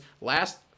Last